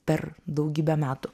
per daugybę metų